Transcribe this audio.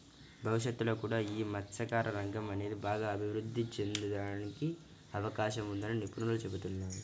భవిష్యత్తులో కూడా యీ మత్స్యకార రంగం అనేది బాగా అభిరుద్ధి చెందడానికి అవకాశం ఉందని నిపుణులు చెబుతున్నారు